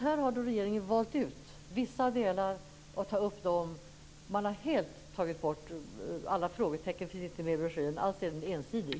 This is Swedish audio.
Här har regeringen valt att ta upp vissa delar men har helt tagit bort alla frågetecken i broschyren - alltså är den ensidig.